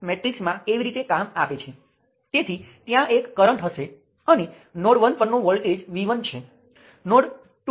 વૈકલ્પિક રીતે આપણે આ લૂપ આ લૂપ અને આ બધું પણ પસંદ કરી શકીએ છીએ